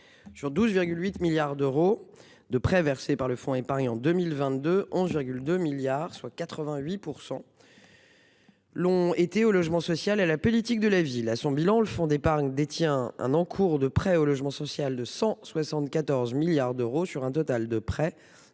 Sur 12,8 milliards d'euros de prêts versés par le fonds d'épargne en 2022, quelque 11,2 milliards d'euros, soit une part de 88 %, ont été consacrés au logement social et à la politique de la ville. À son bilan, le fonds d'épargne détient un encours de prêts au logement social de 174 milliards d'euros sur un total de 195,9